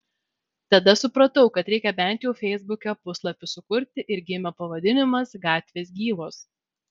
tada supratau kad reikia bent jau feisbuke puslapį sukurti ir gimė pavadinimas gatvės gyvos